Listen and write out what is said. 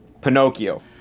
Pinocchio